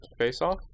face-off